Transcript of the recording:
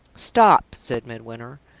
stop! said midwinter.